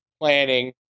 planning